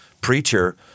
preacher